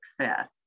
success